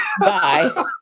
bye